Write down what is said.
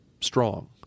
strong